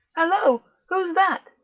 hallo. who's that?